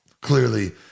Clearly